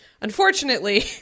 unfortunately